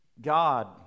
God